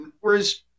Whereas